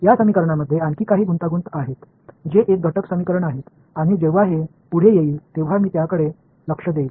या समीकरणामध्ये आणखी काही गुंतागुंत आहेत जे हे घटक समीकरण आहेत आणि जेव्हा हे पुढे येईल तेव्हा मी त्याकडे लक्ष देईन